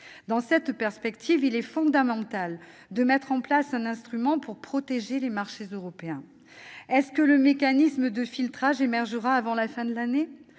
Dans cette perspective, il est fondamental de mettre en place un instrument pour protéger les marchés européens. Le mécanisme de filtrage émergera-t-il avant la fin de l'année ?